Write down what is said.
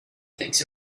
thinks